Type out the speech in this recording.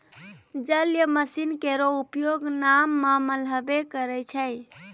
जलीय मसीन केरो उपयोग नाव म मल्हबे करै छै?